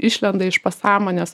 išlenda iš pasąmonės